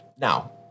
now